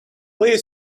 please